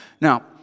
Now